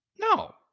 No